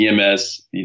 EMS